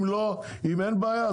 אם אין בעיה,